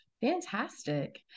fantastic